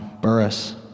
Burris